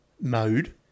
mode